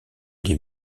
les